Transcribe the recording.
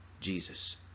Jesus